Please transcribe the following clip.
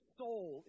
soul